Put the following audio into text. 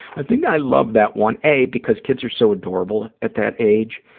i think i love that one, a, because kids are so adorable at that age,